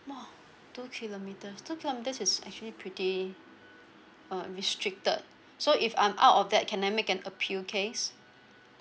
!wah! two kilometres two kilometres is actually pretty um restricted so if I'm out of that can I make an appeal case